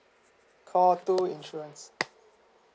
call two insurance